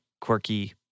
Quirky